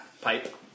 pipe